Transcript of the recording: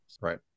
Right